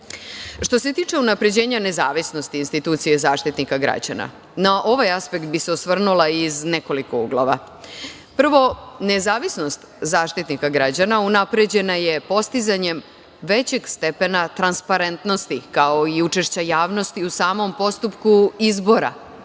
se tiče unapređenja nezavisnosti institucije Zaštitnika građana, na ovaj aspekt bi se osvrnula iz nekoliko uglova. Prvo, nezavisnost Zaštitnika građana unapređena je postizanjem većeg stepena transparentnosti, kao i učešća javnosti u samom postupku izbora